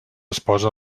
esposa